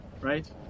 right